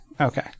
okay